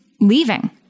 leaving